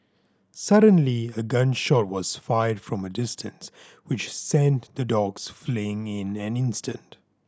suddenly a gun shot was fired from a distance which sent the dogs fleeing in an instant